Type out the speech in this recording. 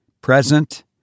Present